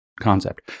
concept